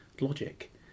Logic